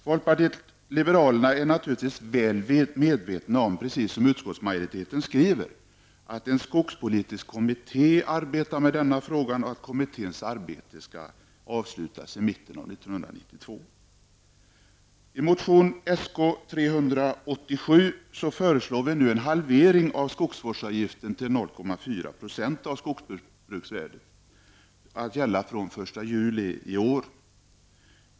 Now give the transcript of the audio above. Folkpartiet liberalerna är naturligtvis väl medvetet om att, precis som utskottsmajoriteten skriver, en skogspolitisk kommitté arbetar med denna fråga och att kommitténs arbete skall avslutas i mitten av I motion Sk387 föreslår vi nu en halvering av skogsvårdsavgiften till 0,4 % av skogsbruksvärdet, att gälla från den 1 juli i år.